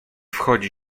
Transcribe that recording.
wchodzi